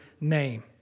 name